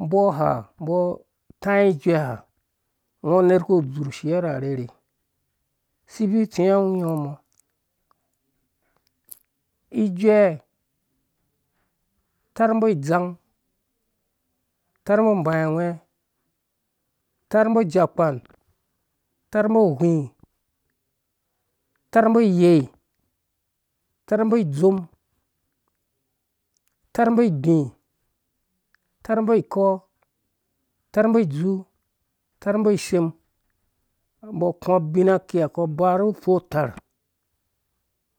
Umbo ha umbɔ atai ijuɛ ha ungo uner uku udzurh ushiɔ ra arherhe si ubvui utsis angwingo mɔ ijɛɛ atarmbɔ idzang atarmbɔ nbaiangwɛ atambɔ iyɛi tarambo idzɔm tarmbɔ igbi tarmbo ikɔɔ tarmbɔ idzuu tarmbɔ isem umbɔ aku abin akiha abaru upfu-tar